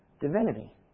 divinity